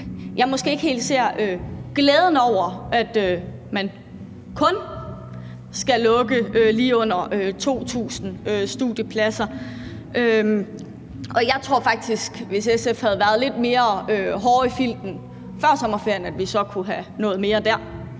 jeg måske ikke helt ser glæden over, at man kun skal lukke lige under 2.000 studiepladser, og jeg tror faktisk, at hvis SF havde været lidt mere hårde i filten før sommerferien, kunne vi have nået mere dér.